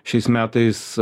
šiais metais